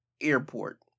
airport